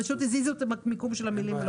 הזיזו את המיקום של המילים,